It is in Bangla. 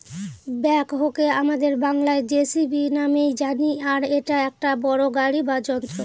ব্যাকহোকে আমাদের বাংলায় যেসিবি নামেই জানি আর এটা একটা বড়ো গাড়ি বা যন্ত্র